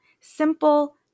Simple